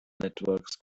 networks